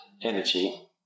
Energy